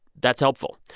that's helpful.